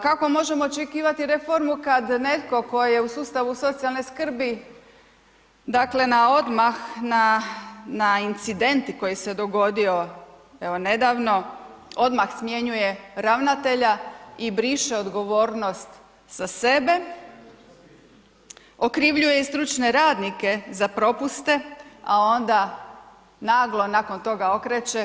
Kako možemo očekivati reformu kad netko tko je u sustavu socijalne skrbi, dakle, na odmah, na incident koji se dogodio evo nedavno, odmah smjenjuje ravnatelja i briše odgovornost sa sebe, okrivljuje i stručne radnike za propuste, a onda naglo nakon toga okreće.